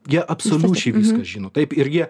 jie absoliučiai viską žino taip ir jie